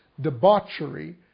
debauchery